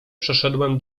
przeszedłem